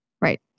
Right